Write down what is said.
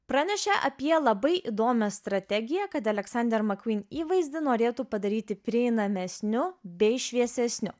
pranešė apie labai įdomią strategiją kad aleksander mcqueen įvaizdį norėtų padaryti prieinamesniu bei šviesesniu